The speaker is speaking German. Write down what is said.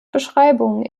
beschreibung